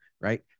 right